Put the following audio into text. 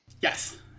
Yes